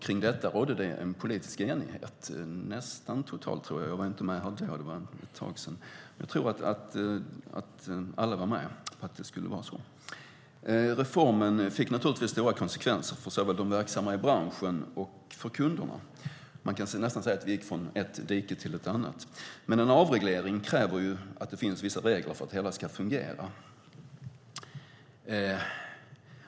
Kring detta rådde en politisk enighet. Jag tror att den var nästan total. Reformen fick naturligtvis stora konsekvenser såväl för de verksamma i branschen som för kunderna. Man kan säga att det gick från ett dike till ett annat. En avreglering kräver dock att det finns vissa regler för att det hela ska fungera.